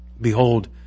Behold